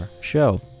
show